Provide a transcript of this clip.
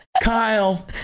kyle